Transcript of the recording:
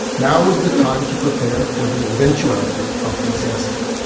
now is the time to prepare for the eventuality of disaster.